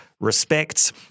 respects